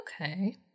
Okay